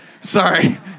Sorry